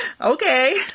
okay